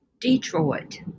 Detroit